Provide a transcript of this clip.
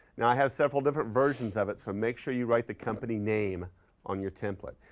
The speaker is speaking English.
now i have several different versions of it so make sure you write the company name on your template.